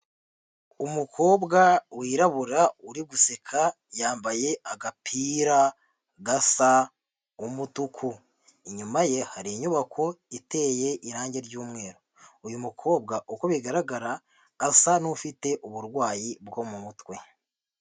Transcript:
Umukobwa wirabura uri guseka yambaye agapira gasa umutuku, inyuma ye hari inyubako iteye irangi ry'umweru uyu mukobwa uko bigaragara asa n'ufite uburwayi bwo mu mutwe.